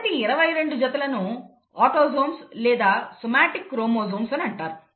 మొదటి 22 జతలను ఆటోసోమ్స్ లేదా సోమాటిక్ క్రోమోజోమ్స్ అని అంటారు